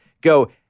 go